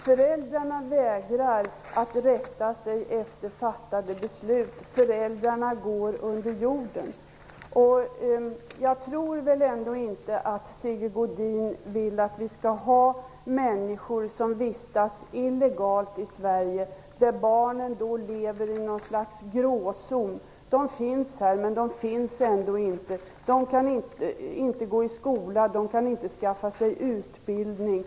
Föräldrarna vägrar att rätta sig efter fattade beslut och går under jorden. Jag tror ändå inte att Sigge Godin vill att människor skall vistas illegalt i Sverige och att barnen lever i något slags gråzon. De finns här, men finns ändå inte. De kan inte gå i skola eller skaffa sig utbildning.